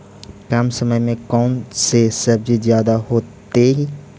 कम समय में कौन से सब्जी ज्यादा होतेई?